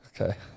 Okay